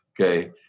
Okay